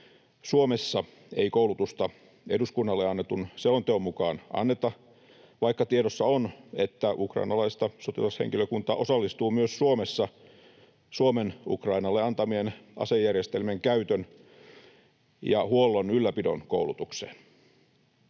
Suomessa ei koulutusta eduskunnalle annetun selonteon mukaan anneta, vaikka tiedossa on, että ukrainalaista sotilashenkilökuntaa osallistuu myös Suomessa Suomen Ukrainalle antamien asejärjestelmien käytön, huollon ja ylläpidon koulutukseen.